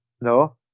No